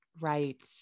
Right